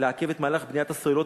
לעכב את מהלך בניית הסוללות,